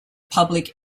public